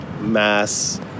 mass